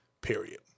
period